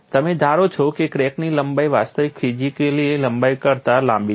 તમે ધારો છો કે ક્રેકની લંબાઈ વાસ્તવિક ફિઝિકલી લંબાઈ કરતા લાંબી છે